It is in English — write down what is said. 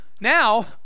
now